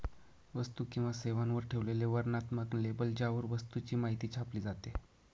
वस्तू किंवा सेवांवर ठेवलेले वर्णनात्मक लेबल ज्यावर वस्तूची माहिती छापली जाते